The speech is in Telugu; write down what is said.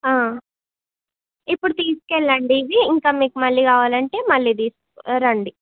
ఇప్పుడు తీసుకుని వెళ్ళండి ఇది ఇంకా మీకు మళ్ళీ కావాలంటే మళ్ళీ తిస్క రండి